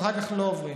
ואחר כך הם לא עוברים.